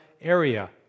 area